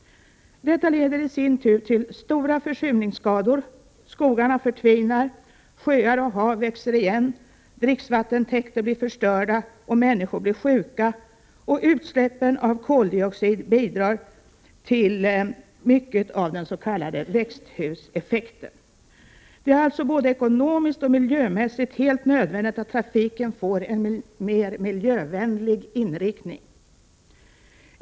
Detta leder i sin tur till stora försurningsskador. Skogarna förtvinar, sjöar och hav växer igen, dricksvattentäkter blir förstörda, och människor blir sjuka. Utsläppen av koldioxid bidrar också mycket till den s.k. växthuseffekten. Det är alltså både ekonomiskt och miljömässigt helt nödvändigt att trafiken får en mer miljövänlig inriktning.